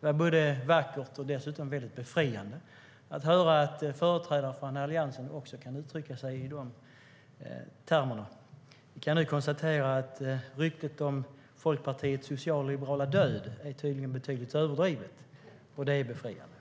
Det var vackert och dessutom befriande att höra att företrädare för Alliansen också kan uttrycka sig i de termerna. Vi kan konstatera att ryktet om Folkpartiets socialliberala död tydligen är betydligt överdrivet, och det är befriande.